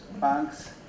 banks